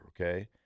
okay